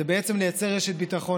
זה בעצם לייצר רשת ביטחון,